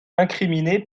incriminé